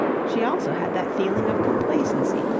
she also had that feeling of complacency,